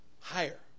Higher